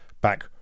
back